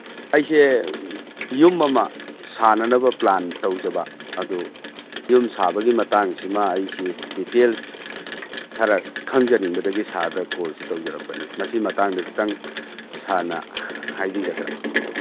ꯑꯩꯁꯦ ꯌꯨꯝ ꯑꯃ ꯁꯥꯅꯅꯕ ꯄ꯭ꯂꯥꯟ ꯇꯧꯖꯕ ꯑꯗꯨ ꯌꯨꯝ ꯁꯥꯕꯒꯤ ꯃꯇꯥꯡꯁꯤꯃ ꯑꯩꯁꯤ ꯗꯤꯇꯦꯜꯁ ꯈꯔ ꯈꯪꯖꯅꯤꯡꯕꯗꯒꯤ ꯁꯥꯔꯗ ꯀꯣꯜꯁꯤ ꯇꯧꯖꯔꯛꯄꯅꯤ ꯃꯁꯤ ꯃꯇꯥꯡꯗ ꯈꯤꯇꯪ ꯁꯥꯔꯅ ꯍꯥꯏꯕꯤꯒꯗ꯭ꯔ